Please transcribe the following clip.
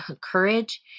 courage